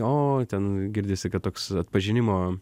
o ten girdisi kad toks atpažinimo